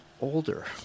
older